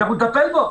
נטפל בו,